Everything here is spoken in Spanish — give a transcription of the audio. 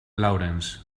lawrence